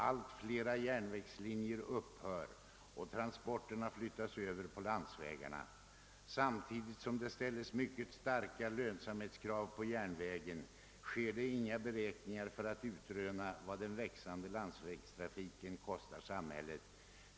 Allt flera järnvägslinjer upphör och transporterna flyttas över på landsvägarna. Samtidigt som det ställes mycket starka lönsamhetskrav på järnvägen sker det inga beräkningar för att utröna vad den växande landsvägstrafiken kostar samhället.